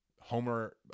Homer